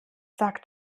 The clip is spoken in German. sagt